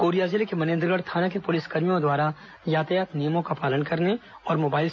Korea जिले के मनेन्द्रगढ़ थाना के पुलिसकर्मियों द्वारा यातायात नियमों का पालन करने और मोबाइल